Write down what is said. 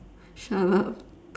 shut up